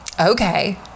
okay